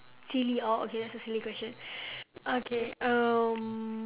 silly oh okay that's a silly question okay um